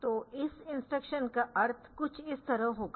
तो इस इंस्ट्रक्शन का अर्थ कुछ इस तरह होगा